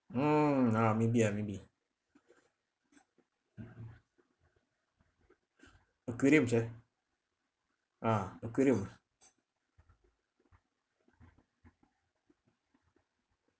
mm ah maybe ah maybe aquariums eh ah aquariums